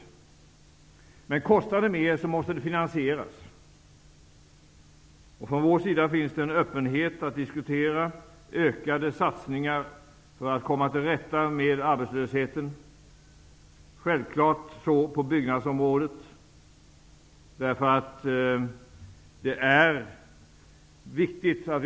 Men om kostnaden ökar måste det ske en finansiering. Från vår sida finns det en öppenhet för att diskutera ökade satsningar för att komma till rätta med arbetslösheten. Självfallet gäller detta på byggområdet.